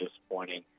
disappointing